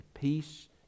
Peace